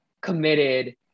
committed